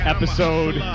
Episode